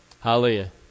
Hallelujah